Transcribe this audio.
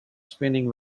spinning